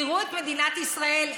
תראו את מדינת ישראל,